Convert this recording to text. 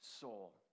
soul